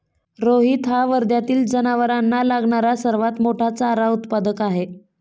रोहित हा वर्ध्यातील जनावरांना लागणारा सर्वात मोठा चारा उत्पादक आहे